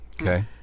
Okay